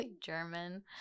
German